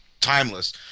timeless